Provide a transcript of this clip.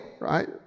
Right